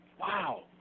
Wow